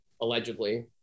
allegedly